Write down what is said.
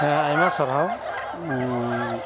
ᱟᱭᱢᱟ ᱥᱟᱨᱦᱟᱣ